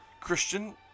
Christian